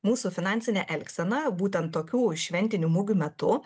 mūsų finansinę elgseną būtent tokių šventinių mugių metu